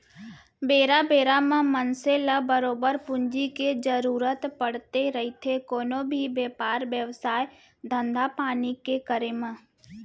बेरा बेरा म मनसे ल बरोबर पूंजी के जरुरत पड़थे रहिथे कोनो भी बेपार बेवसाय, धंधापानी के करे म